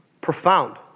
profound